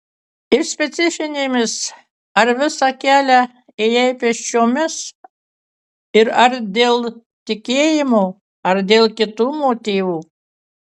ir specifinėmis ar visą kelią ėjai pėsčiomis ir ar dėl tikėjimo ar dėl kitų motyvų